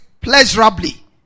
pleasurably